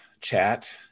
chat